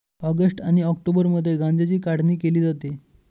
August आणि ऑक्टोबरमध्ये गांज्याची काढणी केली जाते